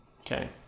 Okay